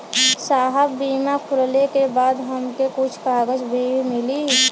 साहब बीमा खुलले के बाद हमके कुछ कागज भी मिली?